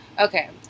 Okay